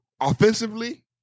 Offensively